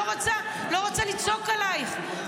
לא רוצה לצעוק עליך,